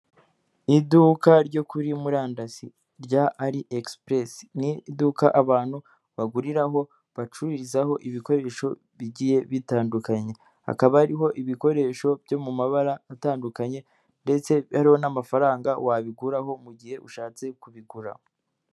Iduka ryo kuri murandasi rya ari expres ni iduka abantu baguriraho ,bacururizaho ibikoresho bigiye bitandukanye, hakaba ari ibikoresho byo mu mabara atandukanye ndetse hariho n'amafaranga wabiguraraho mugihe ushatse kubigura.